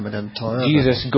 Jesus